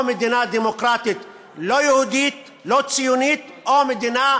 או מדינה דמוקרטית לא יהודית, לא ציונית, או מדינה